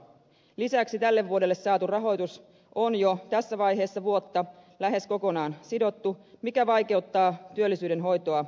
lisäksi tälle vuodelle saatu rahoitus on jo tässä vaiheessa vuotta lähes kokonaan sidottu mikä vaikeuttaa työllisyyden hoitoa loppuvuonna